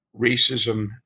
racism